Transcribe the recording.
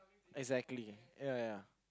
exactly ya ya